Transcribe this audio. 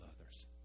others